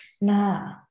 nah